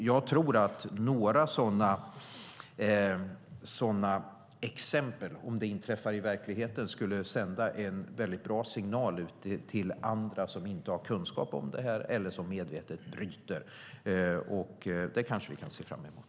Jag tror att några sådana exempel, om de inträffar i verkligheten, skulle sända en bra signal ut till andra som inte har kunskap om detta eller som medvetet bryter mot reglerna. Det kanske vi kan se fram emot.